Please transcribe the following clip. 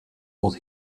what